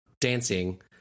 dancing